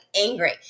angry